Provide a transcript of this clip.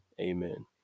amen